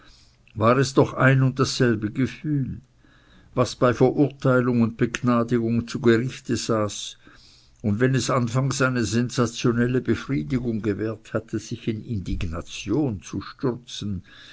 war es doch ein und dasselbe gefühl was bei verurteilung und begnadigung zu gerichte saß und wenn es anfangs eine sensationelle befriedigung gewährt hatte sich in indignation zu stürzen